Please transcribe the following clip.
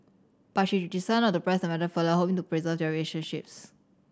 but she decided not to press the matter further hoping to preserve their relationships